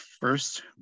first